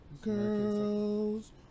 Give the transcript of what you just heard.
Girls